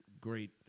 great